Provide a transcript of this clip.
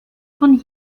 von